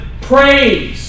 praise